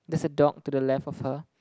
there's a dog to the left of her